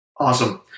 Awesome